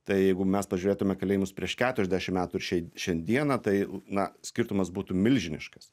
tai jeigu mes pažiūrėtume kalėjimus prieš keturiasdešim metų ir šiai šiandieną tai na skirtumas būtų milžiniškas